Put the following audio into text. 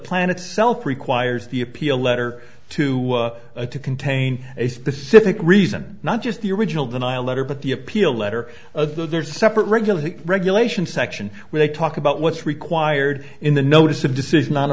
plan itself requires the appeal letter to a to contain a specific reason not just the original denial letter but the appeal letter though there's a separate regular regulation section where they talk about what's required in the notice of decision on